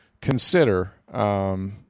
consider –